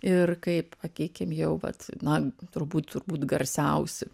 ir kaip sakykim jau vat na turbūt turbūt garsiausi